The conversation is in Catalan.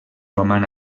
roman